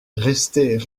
restez